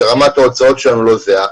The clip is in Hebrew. שרמת ההוצאות שלנו לא זהה.